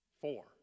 four